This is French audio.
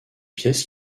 pièces